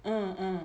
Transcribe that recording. uh uh